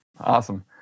Awesome